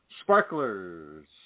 sparklers